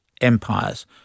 empires